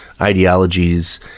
ideologies